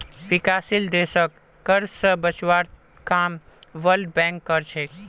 विकासशील देशक कर्ज स बचवार काम वर्ल्ड बैंक कर छेक